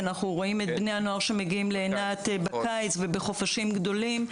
כי אנחנו רואים את בני הנוער שמגיעים לאילת בקיץ ובחופשים גדולים,